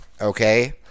okay